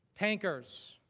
tankers,